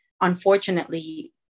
unfortunately